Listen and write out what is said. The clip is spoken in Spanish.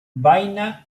vaina